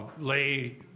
lay